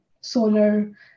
solar